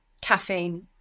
caffeine